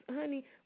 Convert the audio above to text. honey